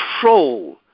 control